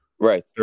Right